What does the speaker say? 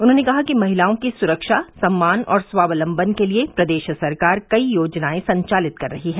उन्होंने कहा कि महिलाओं के सुरक्षा सम्मान और स्वावलम्बन के लिए प्रदेश सरकार कई योजनाए संचालित कर रही है